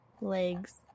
Legs